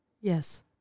Yes